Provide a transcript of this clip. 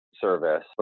service